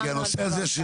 כי הנושא הזה.